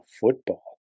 football